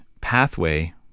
pathway